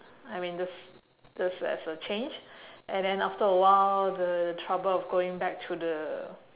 I mean just just as a change and then after a while the trouble of going back to the